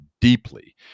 deeply